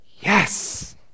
Yes